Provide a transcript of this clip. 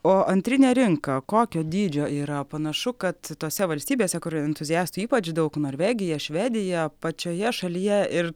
o antrinė rinka kokio dydžio yra panašu kad tose valstybėse kur entuziastų ypač daug norvegija švedija pačioje šalyje ir